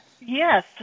Yes